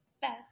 Best